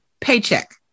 paycheck